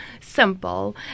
simple